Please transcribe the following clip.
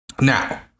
Now